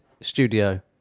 studio